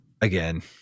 again